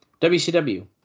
WCW